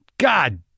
God